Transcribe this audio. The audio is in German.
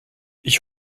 ich